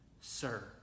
sir